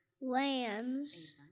lambs